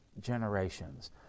generations